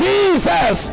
Jesus